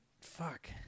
fuck